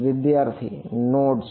વિદ્યાર્થી નોડસ